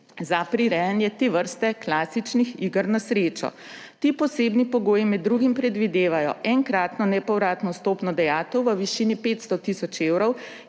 za prirejanje te vrste klasičnih iger na srečo. Ti posebni pogoji med drugim predvidevajo enkratno nepovratno stopnjo dajatev v višini 500 tisoč evrov,